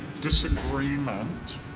disagreement